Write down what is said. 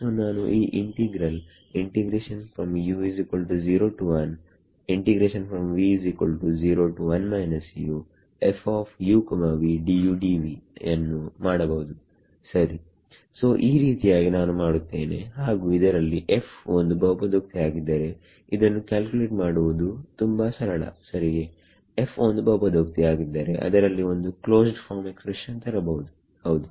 so ನಾನು ಈ integral ನ್ನು ಮಾಡಬಹುದು ಸರಿ ಸೋ ಈ ರೀತಿಯಾಗಿ ನಾನು ಮಾಡುತ್ತೇನೆ ಹಾಗು ಇದರಲ್ಲಿ f ಒಂದು ಬಹುಪದೋಕ್ತಿ ಆಗಿದ್ದರೆ ಇದನ್ನು ಕ್ಯಾಲ್ಕುಲೇಟ್ ಮಾಡುವುದು ತುಂಬಾ ಸರಳ ಸರಿಯೇ f ಒಂದು ಬಹುಪದೋಕ್ತಿ ಆಗಿದ್ದರೆ ಅದಕ್ಕೆ ಒಂದು ಕ್ಲೋಸ್ಡ್ ಫಾರ್ಮ್ ಎಕ್ಸ್ಪ್ರೆಷನ್ ತರಬಹುದೇ ಹೌದು